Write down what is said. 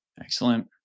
Excellent